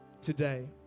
today